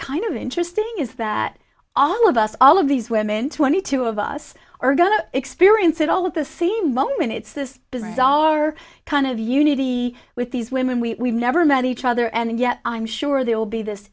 kind of interesting is that all of us all of these women twenty two of us are going to experience it all of the same moment it's this bizarre kind of unity with these women we never met each other and yet i'm sure there will be this